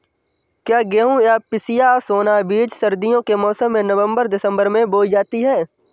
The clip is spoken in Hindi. क्या गेहूँ या पिसिया सोना बीज सर्दियों के मौसम में नवम्बर दिसम्बर में बोई जाती है?